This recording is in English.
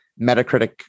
Metacritic